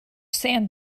sand